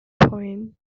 point